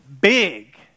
Big